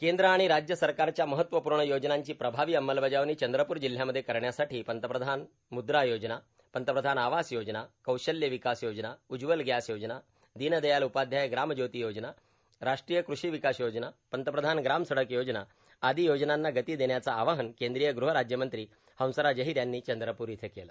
केंद्र आणि राज्य सरकारच्या महत्त्वपूर्ण योजनांची प्रभावी अंमलबजावणी चंद्रपूर जिल्ह्यामध्ये करण्यासाठी पंतप्रधान मुद्रा योजना पंतप्रधान आवास योजना कौशल्य विकास योजना उज्वला गॅस योजना दीनदयाल उपाध्याय ग्राम ज्योति योजना राष्ट्रीय कृषी विकास योजना पंतप्रधान ग्रामसडक योजना आदी योजनांना गती देण्याचं आवाहन केंद्रीय गृहराज्यमंत्री हंसराज अहिर यांनी चंद्रपूर इथं केलं